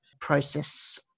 process